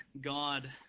God